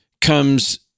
comes